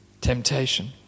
temptation